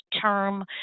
term